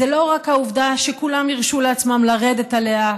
זה לא רק העובדה שכולם הרשו לעצמם לרדת עליה,